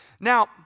Now